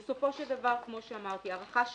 בסופו של דבר, כמו שאמרתי, הערכה שלנו,